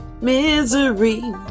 misery